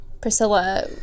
Priscilla